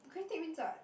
critique means what